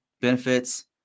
benefits